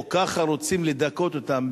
או ככה רוצים לדכא אותם,